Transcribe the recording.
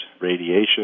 radiation